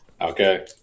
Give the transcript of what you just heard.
okay